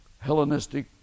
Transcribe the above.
Hellenistic